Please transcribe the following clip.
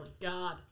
God